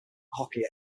hockey